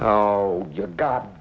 oh god